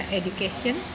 education